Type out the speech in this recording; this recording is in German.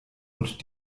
und